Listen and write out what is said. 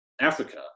africa